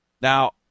Now